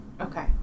Okay